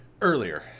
Earlier